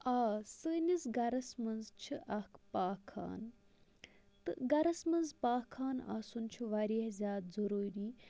آ سٲنِس گَرَس مَنٛز چھِ اکھ پاک خانہ تہٕ گَرَس مَنٛز پاک خانہ آسُن چھُ واریاہ زیادٕ ضروٗری